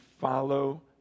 follow